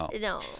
no